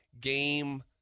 game